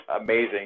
amazing